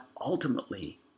ultimately